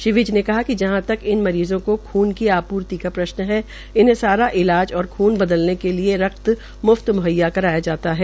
श्री विज ने कहा कि जहां तक इन मरीजों को खून की आप्र्ति का प्रश्न है इन्हें सारा इलाज और खून बदलने के लिए रक्रा म्फ्त म्हैया कराया जाता है